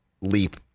leap